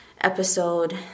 episode